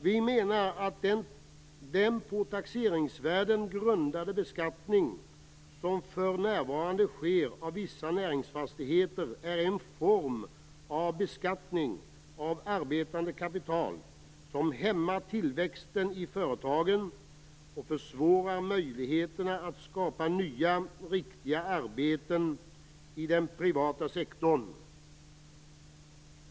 Vi menar att den på taxeringsvärden grundade beskattning som för närvarande sker av vissa näringsfastigheter är en form av beskattning av arbetande kapital som hämmar tillväxten i företagen och försvårar möjligheterna att skapa nya, riktiga arbeten i den privata sektorn.